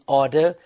order